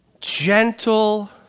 gentle